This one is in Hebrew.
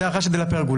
זה הערכה של דלה-פרגולה.